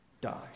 die